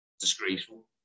disgraceful